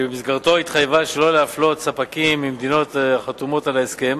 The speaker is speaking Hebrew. שבמסגרתו התחייבה שלא להפלות ספקים ממדינות החתומות על ההסכם,